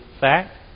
fact